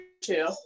two